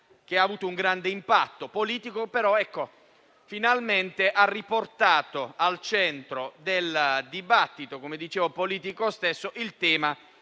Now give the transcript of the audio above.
che ha avuto un grande impatto politico, però finalmente ha riportato al centro del dibattito politico stesso il tema